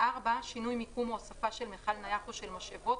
שינוי מיקום או הוספה של מכל נייח או של משאבות,